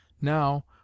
Now